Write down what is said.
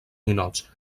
ninots